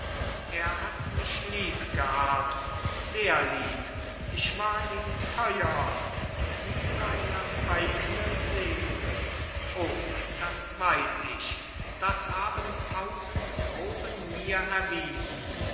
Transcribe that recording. er hat mich liebgehabt sehr lieb ich war ihm teuer wie seine eigne seele o das weiß ich das haben tausend proben mir erwiesen